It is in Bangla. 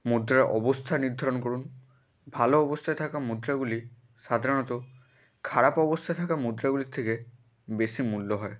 মুদ্রার অবস্থা নির্ধারণ করুন ভালো অবস্থায় থাকা মুদ্রাগুলি সাধারণত খারাপ অবস্থায় থাকা মুদ্রাগুলির থেকে বেশি মূল্য হয়